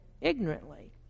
ignorantly